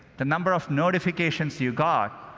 the number of notifications you got,